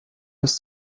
bis